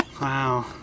Wow